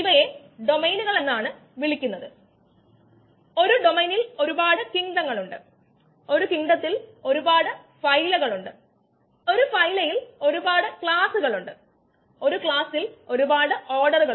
പിന്നെ yield coefficient maintenance എന്നിങ്ങനെയുള്ള ചില ആശയങ്ങൾ നമ്മൾ കണ്ടു അവിടെയാണ് അവസാന പ്രഭാഷണത്തിൽ നമ്മൾ നിർത്തിയത്